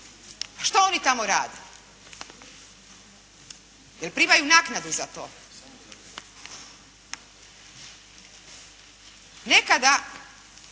što oni tamo rade? Je li primaju naknadu za to? Nekada